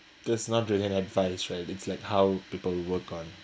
that's not really an advice right it's like how people work on